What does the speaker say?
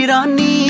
Rani